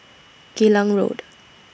Geylang Road